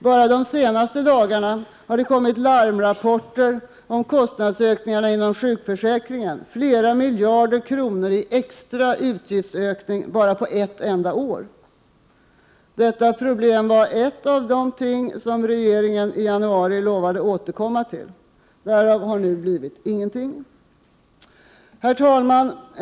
Bara under de senaste dagarna har det kommit larmrapporter om kostnadsökningar inom sjukförsäkringen. Det handlar om flera miljarder kronor i extra utgiftsökning bara på ett enda år. Detta problem var ett av de ting som regeringen i januari lovade att återkomma till. Därav har blivit intet. Herr talman!